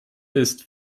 ist